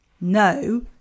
no